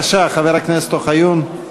לדיון מוקדם בוועדת החוקה, חוק ומשפט נתקבלה.